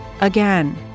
again